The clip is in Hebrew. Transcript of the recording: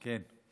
כן.